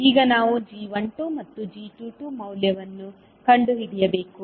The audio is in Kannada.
ಈಗ ನಾವು g12 ಮತ್ತು g22 ಮೌಲ್ಯವನ್ನು ಕಂಡುಹಿಡಿಯಬೇಕು